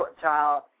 child